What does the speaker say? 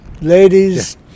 ladies